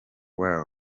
were